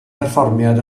berfformiad